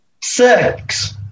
Six